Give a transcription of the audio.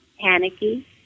panicky